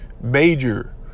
major